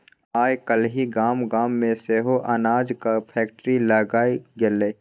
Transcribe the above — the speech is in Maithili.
आय काल्हि गाम गाम मे सेहो अनाजक फैक्ट्री लागि गेलै